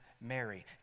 Mary